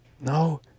No